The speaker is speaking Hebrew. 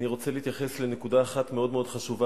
אני רוצה להתייחס לנקודה אחת מאוד חשובה